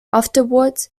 afterwards